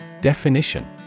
Definition